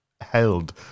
held